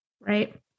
Right